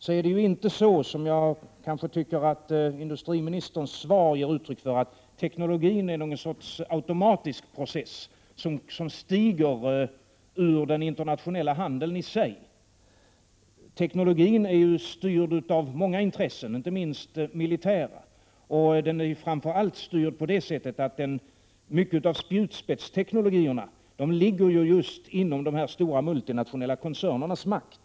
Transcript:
Det är inte så — som jag tycker att industriministerns svar ger uttryck för — att teknologin är någon sorts automatisk process som stiger ur den internationella handeln i sig. Teknologin är styrd av många intressen, inte minst militära. Och den är framför allt styrd så att mycket av spjutspetsteknologierna ligger inom de stora multinationella koncernernas makt.